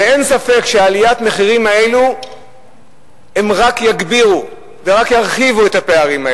אין ספק שעליית המחירים הזאת רק תגביר ורק תרחיב את הפערים.